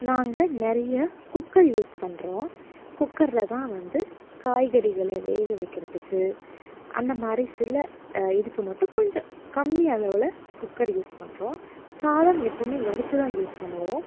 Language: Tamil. நாங்கள் நிறைய குக்கர் யூஸ் பண்றோம் குக்கரில் தான் வந்து காய்கறிகளை வேக வைக்கிறதுக்கு அந்த மாதிரி சில இதுக்கு மட்டும் கொஞ்சம் கம்மி அளவில் குக்கர் யூஸ் பண்றோம் சாதம் எப்பவுமே வடித்து தான் யூஸ் பண்ணுவோம்